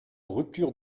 rupture